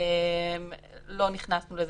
לא נכנסנו לזה.